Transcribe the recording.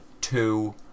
two